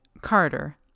Carter